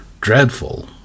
dreadful